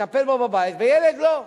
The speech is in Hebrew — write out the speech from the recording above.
שיטפל בו בבית, וילד לא.